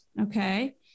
okay